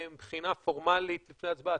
מבחינה פורמלית לפני הצבעה,